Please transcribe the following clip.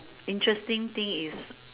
interesting thing is